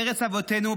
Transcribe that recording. בארץ אבותינו,